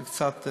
זה קצת,